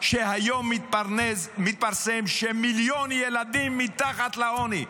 כשהיום מתפרסם שמיליון ילדים מתחת לקו העוני,